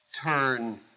turn